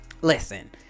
listen